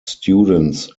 students